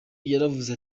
yaravuze